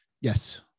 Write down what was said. Yes